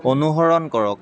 অনুসৰণ কৰক